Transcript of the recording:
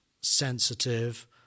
sensitive